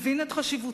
מבין את חשיבותו,